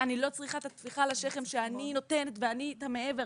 ואני לא צריכה את הטפיחה על השכם שאני נותנת ואני מעבר,